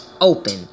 open